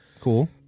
Cool